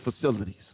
facilities